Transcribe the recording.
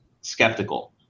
skeptical